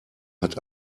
hat